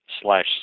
slash